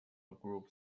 group